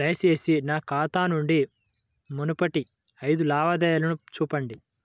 దయచేసి నా ఖాతా నుండి మునుపటి ఐదు లావాదేవీలను చూపండి